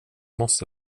måste